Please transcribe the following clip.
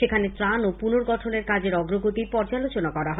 সেখানে ত্রাণ ও পুনর্গঠন এর কাজের অগ্রগতি পর্যালোচনা করা হয়